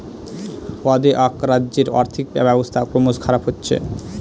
অ্দেআক রাজ্যের আর্থিক ব্যবস্থা ক্রমস খারাপ হচ্ছে